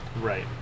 Right